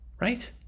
right